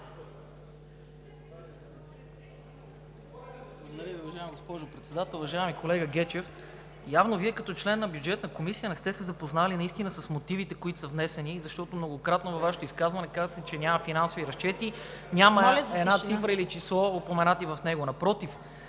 уважаема госпожо Председател. Уважаеми колега Гечев, явно Вие, като член на Бюджетната комисия, наистина не сте се запознали с мотивите, които са внесени, защото многократно във Вашето изказване казвахте, че няма финансови разчети, няма една цифра или число, упоменати в тях. Напротив,